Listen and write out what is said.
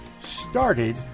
started